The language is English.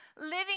Living